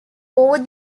both